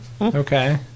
Okay